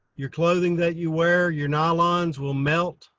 your clothing that you wear, your nylons will melt.